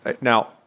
Now